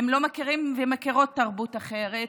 הם לא מכירים ומכירות תרבות אחרת.